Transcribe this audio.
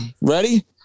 Ready